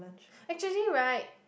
actually right